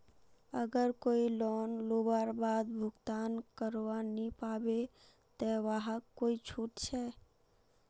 अगर कोई लोन लुबार बाद भुगतान करवा नी पाबे ते वहाक कोई छुट छे?